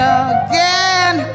again